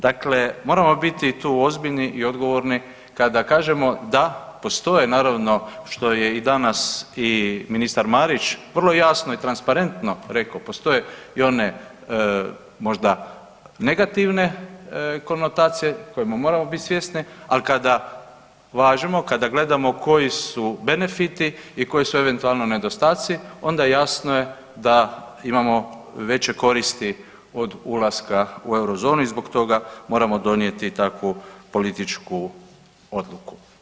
Dakle, moramo biti tu ozbiljni i odgovorni kada kažemo da postoje naravno, što je i danas i ministar Marić vrlo jasno i transparentno rekao, postoje i one možda negativne konotacije kojih moramo bit svjesni, al kada važemo i kada gledamo koji su benefiti i koji su eventualno nedostaci onda jasno je da imamo veće koristi od ulaska u eurozonu i zbog toga moramo donijeti takvu političku odluku.